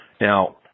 Now